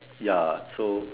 ya so